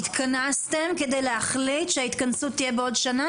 התכנסתם כדי להחליט שההתכנסות תהיה בעוד שנה